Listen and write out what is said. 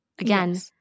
again